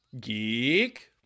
Geek